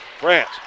France